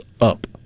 up